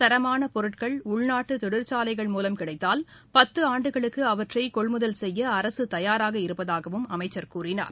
தரமான பொருட்கள் உள்நாட்டு தொழிற்சாலைகள் மூலம் கிடைத்தால் பத்து ஆண்டுகளுக்கு அவற்றை கொள்முதல் செய்ய அரசு தயாராக இருப்பதாகவும் அமைச்சர் கூறினார்